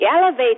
elevate